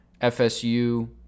FSU